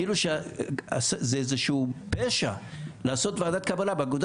כאילו שזה איזשהו פשע לעשות ועדת קבלה באגודה